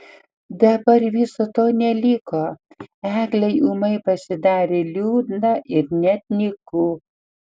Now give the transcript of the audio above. dabar viso to neliko eglei ūmai pasidarė liūdna ir net nyku